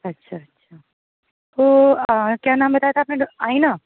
اچھا اچھا تو آ کیا نام بتایا تھا آپ نے آئینہ